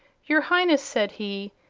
your highness, said he,